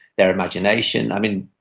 their imagination. i mean,